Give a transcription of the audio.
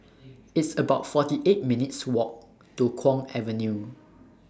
It's about forty eight minutes' Walk to Kwong Avenue